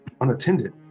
unattended